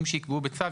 שייקבעו בצו.